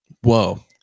Whoa